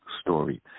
story